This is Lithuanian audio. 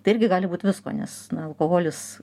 tai irgi gali būt visko nes na alkoholis